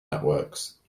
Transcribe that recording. networks